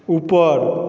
ऊपर